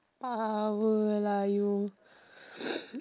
power lah you